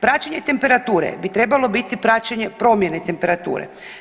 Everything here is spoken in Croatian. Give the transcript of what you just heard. Praćenje temperature bi trebalo biti praćenje promjene temperature.